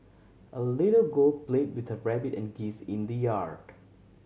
a little girl play with her rabbit and geese in the yard